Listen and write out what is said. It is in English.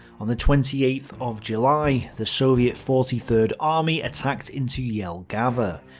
on the twenty eighth of july, the soviet forty third army attacked into jelgava.